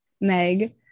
Meg